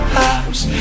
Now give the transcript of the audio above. house